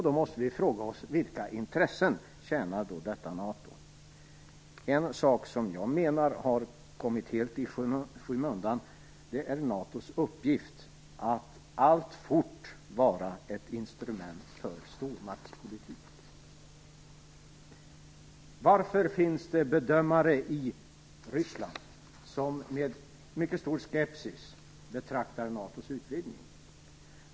Då måste vi fråga oss: Vilka intressen tjänar då detta NATO? En sak som jag menar har kommit helt i skymundan är NATO:s uppgift att alltfort vara ett instrument för stormaktspolitik. Varför finns det bedömare i Ryssland som betraktar NATO:s utvidgning med mycket stor skepsis?